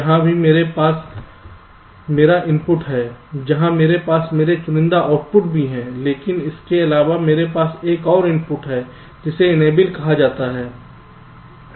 यहाँ भी मेरे पास मेरा इनपुट है यहाँ मेरे पास मेरे चुनिंदा आउटपुट भी हैं लेकिन इसके अलावा मेरे पास एक और इनपुट है जिसे इनेबल कहा जाता है